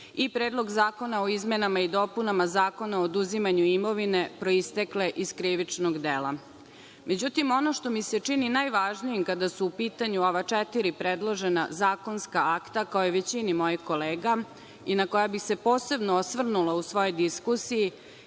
i Predlog zakona o izmenama i dopunama Zakona o oduzimanju imovine proistekle iz krivičnog dela.Međutim, ono što mi se čini najvažnijim kada su u pitanju ova četiri predložena zakonska akta, kao i većini mojih kolega i na šta bih se posebno osvrnula u svojoj diskusiji